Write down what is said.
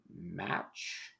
match